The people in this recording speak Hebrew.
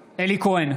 נגד אלי כהן,